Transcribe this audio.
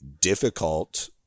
difficult